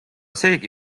seegi